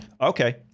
Okay